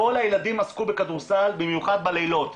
כל הילדים עסקו בכדורסל במיוחד בלילות.